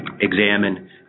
examine